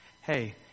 Hey